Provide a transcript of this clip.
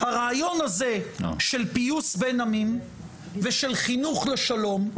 הרעיון הזה של פיוס בין עמים ושל חינוך לשלום,